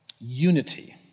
unity